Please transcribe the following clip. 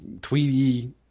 Tweety